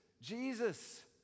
Jesus